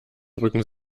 drücken